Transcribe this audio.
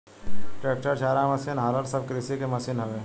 tractor, चारा machine, हालर सब कृषि के मशीन हवे